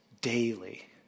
daily